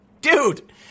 Dude